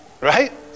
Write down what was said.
right